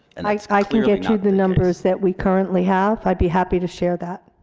and like i can get you the numbers that we currently have. i'd be happy to share that.